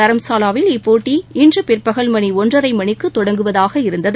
தரம்சாவாவில் இப்போட்டி இன்று பிற்பகல் மணி ஒன்றரை மணிக்கு தொடங்குவதாக இருந்தது